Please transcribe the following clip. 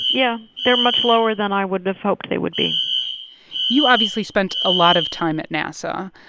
yeah. they're much lower than i would have hoped they would be you obviously spent a lot of time at nasa.